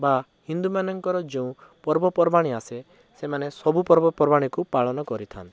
ବା ହିନ୍ଦୁ ମାନଙ୍କର ଯେଉଁ ପର୍ବପର୍ବାଣି ଆସେ ସେମାନେ ସବୁ ପର୍ବପର୍ବାଣିକୁ ପାଳନ କରିଥାନ୍ତି